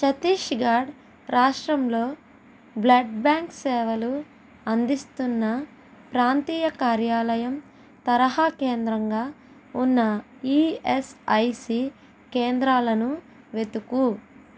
ఛత్తీస్ ఘఢ్ రాష్ట్రంలో blood bank సేవలు అందిస్తున్న ప్రాంతీయ కార్యాలయం తరహా కేంద్రంగా ఉన్న ఇఎస్ఐసి కేంద్రాలను వెతుకు